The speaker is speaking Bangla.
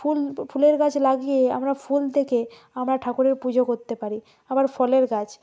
ফুল ফুলের গাছ লাগিয়ে আমরা ফুল থেকে আমরা ঠাকুরের পুজো করতে পারি আবার ফলের গাছ